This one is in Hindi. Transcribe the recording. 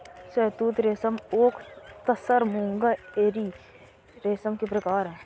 शहतूत रेशम ओक तसर मूंगा एरी रेशम के प्रकार है